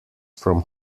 from